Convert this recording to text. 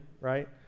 right